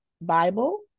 Bible